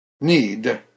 need